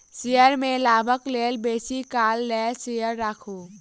share में लाभक लेल बेसी काल लेल शेयर राखू